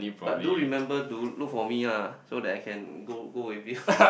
but do remember to look for me lah so I can go go with you